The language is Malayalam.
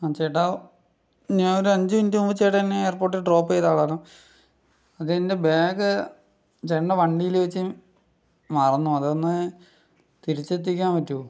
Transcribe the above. ആ ചേട്ടാ ഞാനൊരു അഞ്ച് മിനിട്ട് മുൻപ് ചേട്ടൻ എന്നെ എയർപോർട്ടിൽ ഡ്രോപ്പ് ചെയ്ത ആളാണ് അതെൻ്റെ ബാഗ് ചേട്ടൻ്റെ വണ്ടിയിൽ വച്ച് മറന്നു അതൊന്നു തിരിച്ചെത്തിക്കാൻ പറ്റുമോ